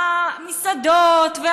המסעדות,